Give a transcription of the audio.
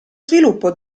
sviluppo